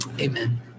Amen